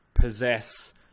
possess